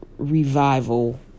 revival